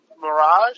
Mirage